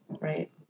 Right